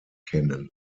kennen